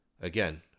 again